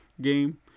game